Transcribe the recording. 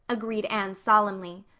agreed anne solemnly.